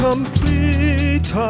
Complete